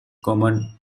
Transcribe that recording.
common